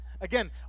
Again